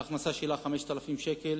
ההכנסה שלה היא 5,000 שקל.